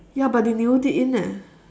ya but they nailed it in eh